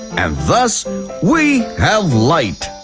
and thus we have light.